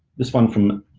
this one from,